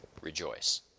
rejoice